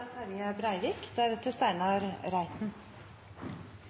Terje Breivik